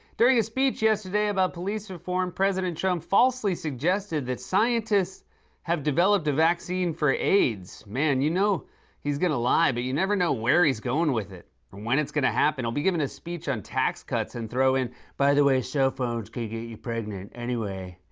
during a speech yesterday about police reform, president trump falsely suggested that scientists have developed a vaccine for aids. man, you know he's gonna lie, but you never know where he's goin' with it or when it's gonna happen. he'll be givin' a speech on tax cuts and throw in by the way, cellphones can get you pregnant. anyway,